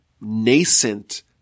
nascent